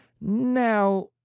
Now